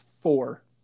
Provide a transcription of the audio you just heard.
four